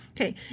Okay